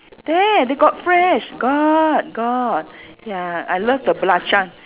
there they got fresh got got ya I love the belacan